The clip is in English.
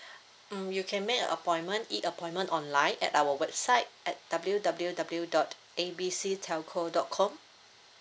mm you can make an appointment e appointment online at our website at w w w dot A B C telco dot com